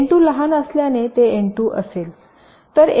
N 2 लहान असल्याने ते एन 2 असेल